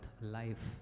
life